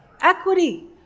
Equity